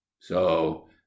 So